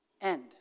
end